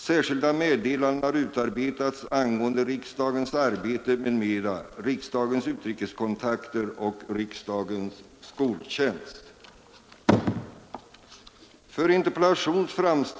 Särskilda meddelanden har utarbetats angående riksdagens arbete m.m., riksdagens utrikeskontakter och riksdagens skoltjänst.